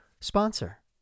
sponsor